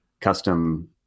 custom